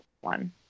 one